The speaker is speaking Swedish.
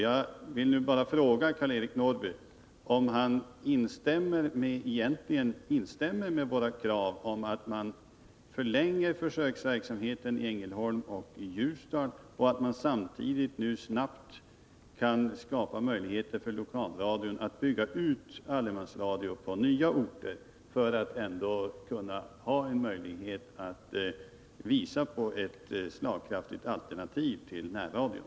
Jag vill då fråga: Instämmer Karl-Eric Norrby verkligen i våra krav på att försöksverksamheten i Ängelholm och Ljusdal skall förlängas samt att möjligheter samtidigt snabbt skapas för lokalradion när det gäller att bygga ut allemansradioverksamheten på andra orter, så att man därmed kan visa på ett slagkraftigt alternativ till närradion?